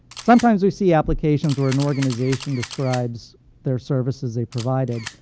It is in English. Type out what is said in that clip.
sometimes we see applications where an organization describes their services they provided.